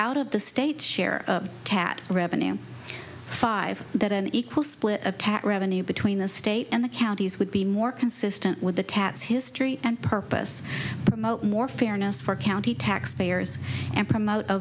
out of the state share tatt revenue five that an equal split of cat revenue between the state and the counties would be more consistent with the tax history and purpose more fairness for county taxpayers and promote a